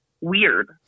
weird